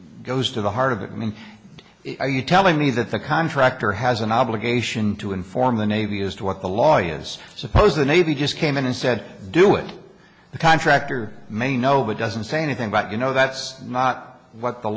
goes to the heart of me are you telling me that the contractor has an obligation to inform the navy as to what the law is suppose the navy just came in and said do it the contractor may know but doesn't say anything about you know that's not what the